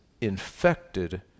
infected